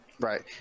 Right